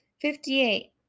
Fifty-eight